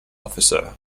officer